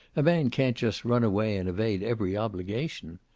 a man can't just run away and evade every obligation.